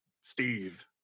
steve